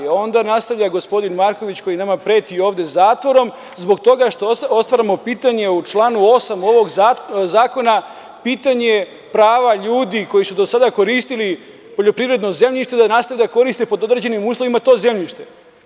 Onda nastavlja gospodin Marković, koji nama preti ovde zatvorom zbog toga što otvaramo pitanje o članu 8. ovog zakona, pitanje prava ljudi koji su do sada koristili poljoprivredno zemljište da nastave da koriste pod određenim uslovima to zemljište.